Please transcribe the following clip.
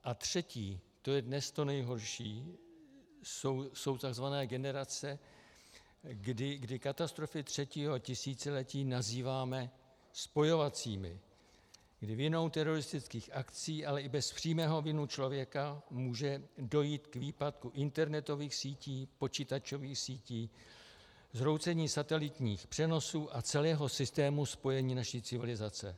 A třetí, to je dnes to nejhorší, jsou takzvané generace, kdy katastrofy třetího tisíciletí nazýváme spojovacími, kdy vinou teroristických akcí, ale i bez přímé viny člověka, může dojít k výpadku internetových sítí, počítačových sítí, zhroucení satelitních přenosů a celého systému spojení naší civilizace.